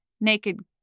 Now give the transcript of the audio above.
naked